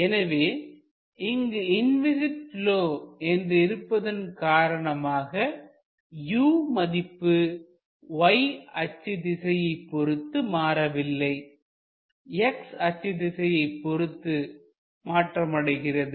எனவே இங்கு inviscid flow என்று இருப்பதன் காரணமாக u மதிப்பு y அச்சு திசையைப் பொறுத்து மாறவில்லை x அச்சு திசையைப் பொறுத்து மாற்றமடைகிறது